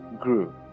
grew